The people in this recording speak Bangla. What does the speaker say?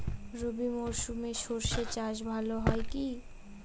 রবি মরশুমে সর্ষে চাস ভালো হয় কি?